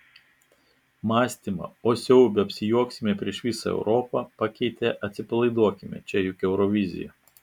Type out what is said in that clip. mąstymą o siaube apsijuoksime prieš visą europą pakeitė atsipalaiduokime čia juk eurovizija